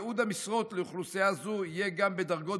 ייעוד המשרות לאוכלוסייה זו יהיה גם בדרגות